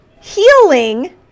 healing